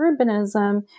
urbanism